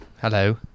hello